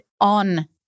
on